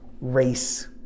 race